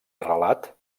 arrelat